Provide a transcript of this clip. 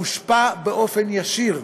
מושפע באופן ישיר,